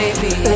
Baby